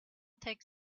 take